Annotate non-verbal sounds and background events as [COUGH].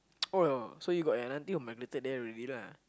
[NOISE] oh so you got an auntie who migrated there already lah